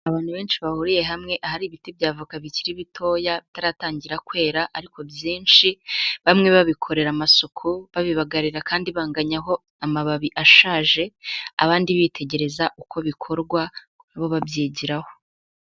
Abantu benshi bahuriye hamwe ahari ibiti bya avoka bikiri bitoya bitaratangira kwera ariko byinshi, bamwe babikorera amasuku babibagarira kandi banganyaho amababi ashaje, abandi bitegereza uko bikorwa na bo babyigiraho.